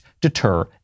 deter